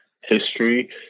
history